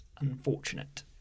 unfortunate